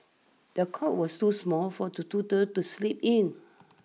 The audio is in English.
the cot was too small for the toddler to sleep in